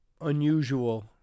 unusual